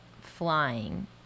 flying